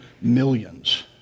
millions